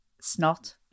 snot